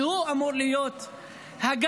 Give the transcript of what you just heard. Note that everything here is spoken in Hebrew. שהוא אמור להיות הגב